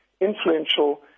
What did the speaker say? influential